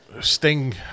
Sting